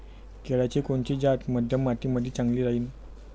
केळाची कोनची जात मध्यम मातीमंदी चांगली राहिन?